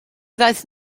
ddaeth